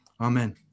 amen